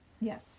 Yes